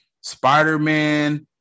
Spider-Man